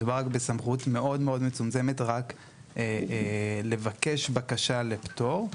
מדובר בסמכות מאוד מצומצמת רק לבקש בקשה לפטור.